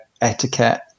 etiquette